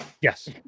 Yes